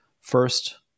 First